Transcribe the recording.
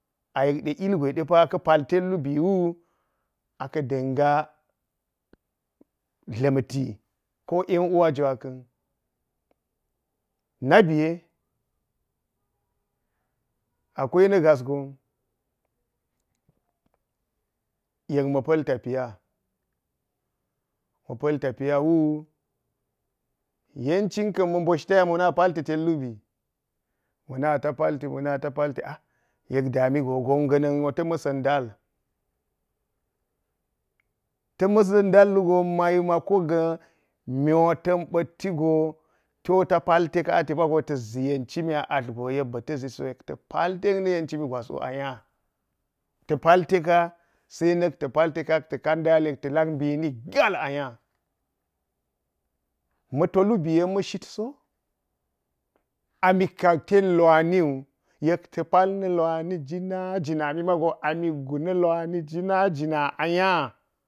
Ɪlgwe de pa ka̱ paltet lubi wu aka̱ da̱n ga dla̱nti, ko yan uwa jwaka̱n. Na biye akwai na̱ gas gon yek ma pa̱l tafiya – ma̱ pa̱l tafiya wu, yanxin kan ma̱ bosh cha ma̱na palti tet tubi – ma̱ nata palti – ma̱na ta palti, a a yek ma̱ daami go – gon ga̱na̱n ya̱ ma̱sa̱n ndal – ta̱ ma̱sa̱n nda̱l lugo maimako ga̱ mo ta̱n ba̱tti go to ta pal teka ata̱magi ta̱s ʒhi yenci mi a ‘atl go yek ti mago yek ba̱ ta̱ ʒi so yek ta pal tek na yen cini gwas wu a nya. Ta palte se na̱k ta̱ palte ka ta̱lak kan ndali wu yek ta luk mbina gaal a nyai ma̱ to lubi yek ma̱ shit so a mik ka tel iwaniwu. Yela ta pal na iwani jinajina a mi mago a mikgu na iwani jinajina a nya.